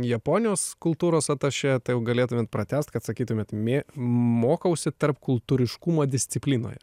japonijos kultūros atašė galėtumėt pratęst kad sakytumėt mė mokausi tarpkultūriškumo disciplinoje